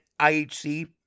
IHC